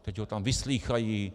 Teď ho tam vyslýchají.